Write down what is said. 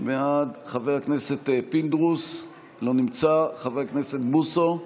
בעד, חבר הכנסת פינדרוס, לא נמצא, חבר הכנסת בוסו,